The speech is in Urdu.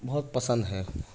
بہت پسند ہے